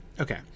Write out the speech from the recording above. Okay